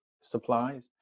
supplies